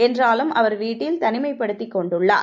என்றாலும் அவர் வீட்டில் தனிமைப்படுத்திக் கொண்டுள்ளார்